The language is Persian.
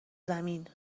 زمین